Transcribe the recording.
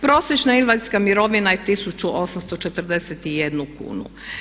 Prosječna invalidska mirovina je 1841 kunu.